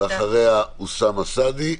אחריה אוסאמה סעדי,